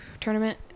tournament